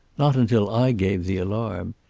not until i gave the alarm.